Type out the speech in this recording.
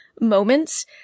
moments